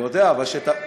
אני יודע, אבל כשאתה,